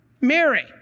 Mary